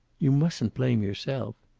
you mustn't blame yourself.